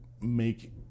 make